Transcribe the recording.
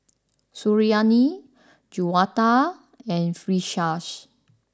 Suriani Juwita and Firash